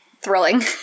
Thrilling